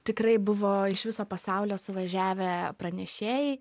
tikrai buvo iš viso pasaulio suvažiavę pranešėjai